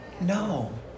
No